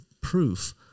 proof